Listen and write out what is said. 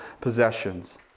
possessions